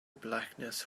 blackness